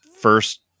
first